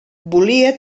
volia